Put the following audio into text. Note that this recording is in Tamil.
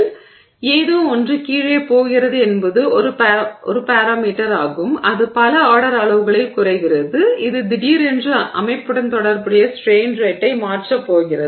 எனவே ஏதோ ஒன்று கீழே போகிறது என்பது ஒரு பாராமீட்டர் ஆகும் இது பல ஆர்டர் அளவுகளால் குறைகிறது இது திடீரென்று அமைப்புடன் தொடர்புடைய ஸ்ட்ரெய்ன் ரேட்டை மாற்றப் போகிறது